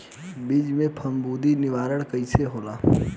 बीज के फफूंदी निवारण कईसे होला?